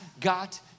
got